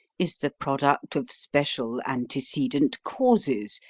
is the product of special antecedent causes,